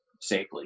safely